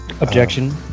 Objection